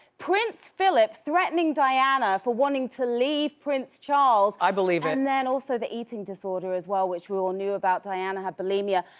prince phillip threatening diana for wanting to leave prince charles. i believe it. and then also the eating disorder as well, which we all knew about, diana had bulimia,